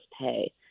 pay